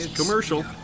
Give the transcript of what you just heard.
commercial